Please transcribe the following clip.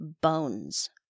bones